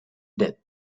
death